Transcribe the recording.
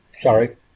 Sorry